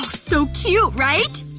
so cute, right?